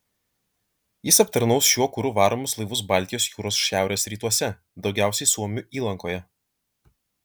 jis aptarnaus šiuo kuru varomus laivus baltijos jūros šiaurės rytuose daugiausiai suomių įlankoje